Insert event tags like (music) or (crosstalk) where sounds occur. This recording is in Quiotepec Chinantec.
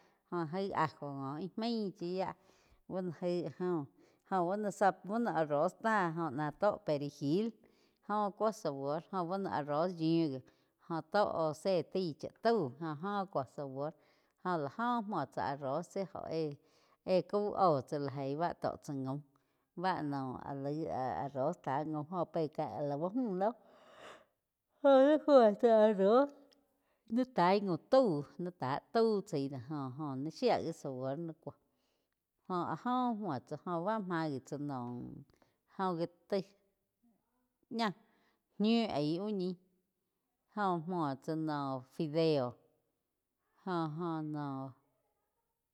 Jó jaig ajo có ih main chiá bú no gaí áh go, go buo no za arroz tá jo náh tó perejil óh cúo sabor jóh buo no arroz yiu gi óh tó óh zé taí cha tau jó óh cuo sabor jo la óh muo tsá arroz tsi óh éh he cau óh chá laig báh tóh cha gaum bá no áh laig arroz ta gaum jo pe. Ká lau múh noh (noise) joh múo tsá arroz ni caig gaum tau ni tá tau chaí do jo-jo shía gi sabor ni cúo jo áh jo muo tsá óh báh máh gi tsá naum oh gi taig náh ñiu haig úh ñih joh múo tsá noh fideo jo-jo noh.